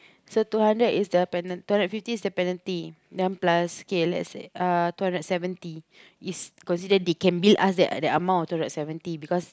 so two hundred is the pena~ two hundred fifty is the penalty then plus kay let's say uh two hundred seventy is considered they can bill us the the amount of two hundred seventy because